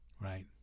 Right